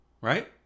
Right